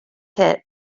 hit